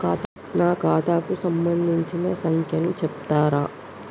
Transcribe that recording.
నా ఖాతా కు సంబంధించిన సంఖ్య ను చెప్తరా?